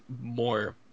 more